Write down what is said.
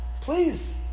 Please